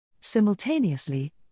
Simultaneously